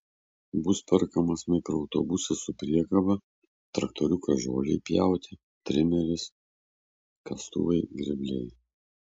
bus perkamas mikroautobusas su priekaba traktoriukas žolei pjauti trimeris kastuvai grėbliai